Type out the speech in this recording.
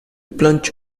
plough